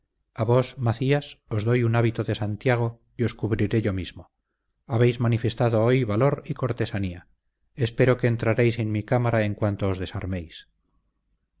a vos macías os doy un hábito de santiago y os cubriré yo mismo habéis manifestado hoy valor y cortesanía espero que entraréis en mi cámara en cuanto os